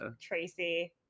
Tracy